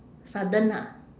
sudden ah